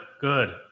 good